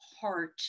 heart